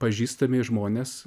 pažįstami žmonės